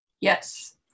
Yes